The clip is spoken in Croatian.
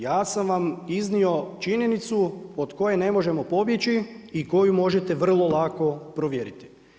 Ja sam vam iznio činjenicu od koje ne možemo pobjeći i koju možete vrlo lako provjeriti.